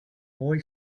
boy